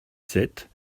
sept